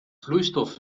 vloeistof